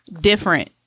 different